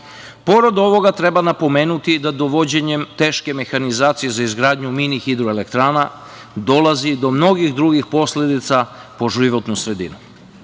Pored ovoga treba napomenuti da dovođenjem teške mehanizacije za izgradnju mini hidroelektrana dolazi do mnogih drugih posledica po životnu sredinu. Dakle,